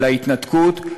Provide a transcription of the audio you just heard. על ההתנתקות.